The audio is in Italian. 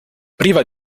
priva